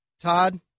Todd